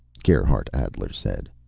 gerhardt adler said.